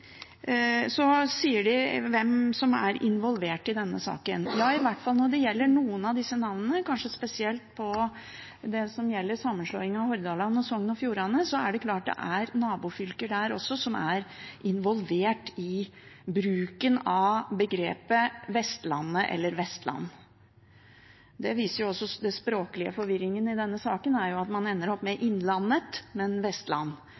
så man kanskje får fram noen navn som kunne ha gitt en eller annen form for felles identitet, slik at folk kunne ha følt litt inni seg at dette er meg – dette er mitt. Jeg synes regjeringen overser dette. De sier hvem som er involvert i denne saken. I hvert fall når det gjelder noen av disse navnene – kanskje spesielt det som gjelder sammenslåingen av Hordaland og Sogn og Fjordane – er det klart at det er nabofylker som er involvert